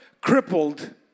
crippled